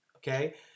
Okay